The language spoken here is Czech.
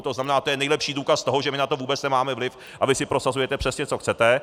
To znamená, to je nejlepší důkaz toho, že my na to vůbec nemáme vliv a vy si prosazujete přesně, co chcete.